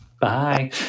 Bye